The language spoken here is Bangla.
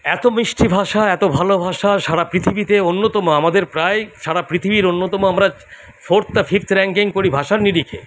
এত মিষ্টি ভাষা এত ভালো ভাষা সারা পৃথিবীতে অন্যতম আমাদের প্রায় সারা পৃথিবীর অন্যতম আমরা ফোর্থ না ফিফথ র্যাঙ্কিং করি ভাষার নিরিখে